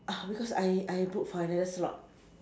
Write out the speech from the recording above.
because I I book for another slot